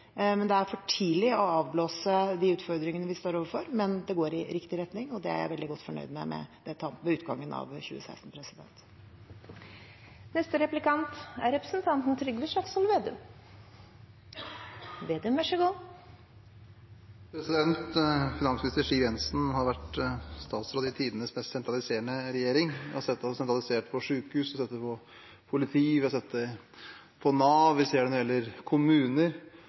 Det er for tidlig å avblåse de utfordringene vi står overfor, men det går i riktig retning, og det er jeg veldig godt fornøyd med ved utgangen av 2016. Finansminister Siv Jensen har vært statsråd i tidenes mest sentraliserende regjering. Vi har sett at når det gjelder sykehus, politi, Nav og kommuner ønsker man sentralisering og har tro på